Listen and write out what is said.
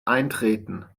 eintreten